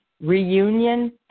Reunion